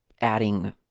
adding